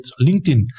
LinkedIn